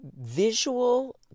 visual